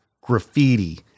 graffiti